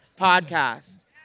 podcast